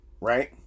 right